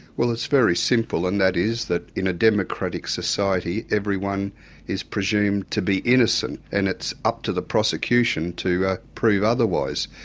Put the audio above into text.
well it's very simple, and that is that in a democratic society everyone is presumed to be innocent, and it's up to the prosecution to prove otherwise.